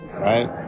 right